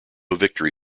victory